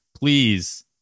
Please